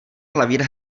klavír